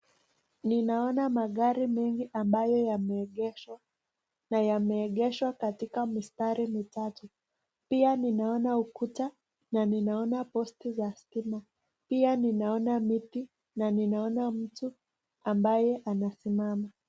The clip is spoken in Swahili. Ninaona magari mingi ambayo yameegeshwa na yameegeshwa katika mistari mitatu, pia ninaona ukuta na ninaona posti ya stima pia ninaona miti na naona mtu ambaye amesimama.